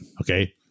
Okay